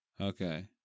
Okay